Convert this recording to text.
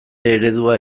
eredua